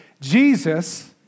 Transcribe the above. Jesus